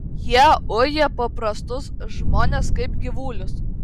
jie uja paprastus žmones kaip gyvulius